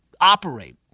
operate